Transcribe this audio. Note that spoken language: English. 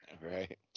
Right